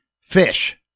fish